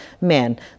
men